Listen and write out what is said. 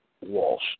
Walsh